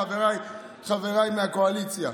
חבריי מהקואליציה.